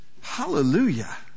Hallelujah